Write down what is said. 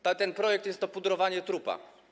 Ten projekt jest to pudrowanie trupa.